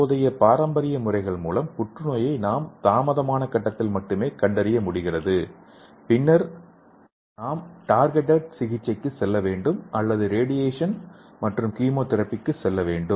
தற்போதைய பாரம்பரிய முறைகள் மூலம் புற்றுநோயை நாம் தாமதமான கட்டத்தில் மட்டுமே கண்டறிய முடிகிறது பின்னர் நாம் டார்கெட்டேட் சிகிச்சைக்கு செல்ல வேண்டும் அல்லது ரேடியேஷன் மற்றும் கீமோதெரபிக்கு செல்ல வேண்டும்